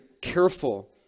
careful